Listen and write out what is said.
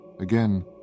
Again